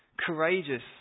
courageous